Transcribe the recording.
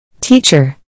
Teacher